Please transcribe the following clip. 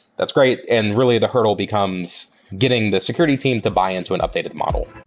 that's great, and really the hurdle becomes getting the security team to buy-in to an updated model